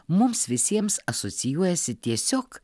mums visiems asocijuojasi tiesiog